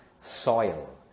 soil